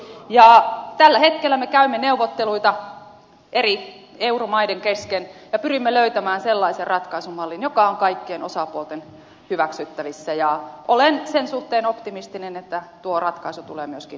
tällä hetkellä me käymme neuvotteluita eri euromaiden kesken ja pyrimme löytämään sellaisen ratkaisumallin joka on kaikkien osapuolten hyväksyttävissä ja olen sen suhteen optimistinen että tuo ratkaisu tulee myöskin löytymään